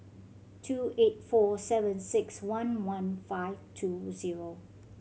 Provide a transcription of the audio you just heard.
two eight four seven six one one five two zero